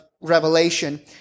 Revelation